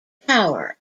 power